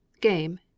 game